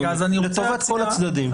זה לטובת כל הצדדים.